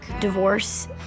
divorce